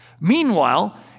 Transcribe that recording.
meanwhile